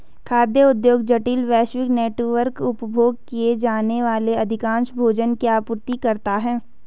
खाद्य उद्योग जटिल, वैश्विक नेटवर्क, उपभोग किए जाने वाले अधिकांश भोजन की आपूर्ति करता है